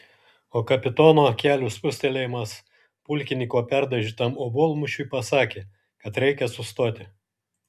o kapitono kelių spustelėjimas pulkininko perdažytam obuolmušiui pasakė kad reikia sustoti